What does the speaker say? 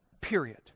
Period